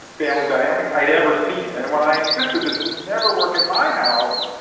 family dynamic i had ever seen and when i insisted, this would never work in my house.